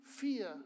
fear